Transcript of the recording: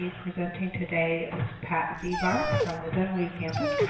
presenting today is pat ziebart from the dunwoody campus.